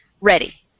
ready